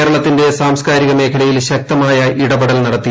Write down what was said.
കേരളത്തിന്റെ സാംസ് കാരികമേഖലയിൽ ശക്തമായ ഇടപെടൽ നടത്തി